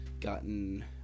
gotten